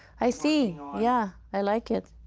i see, yeah, i like it.